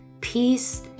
peace